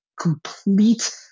complete